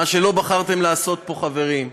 מה שלא בחרתם לעשות פה, חברים.